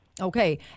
Okay